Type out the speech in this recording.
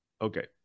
Okay